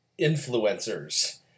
influencers